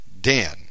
Dan